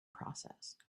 processed